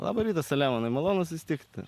labą rytą selemonai malonu susitikti